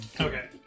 Okay